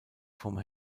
von